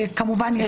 כמובן,